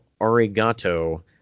Arigato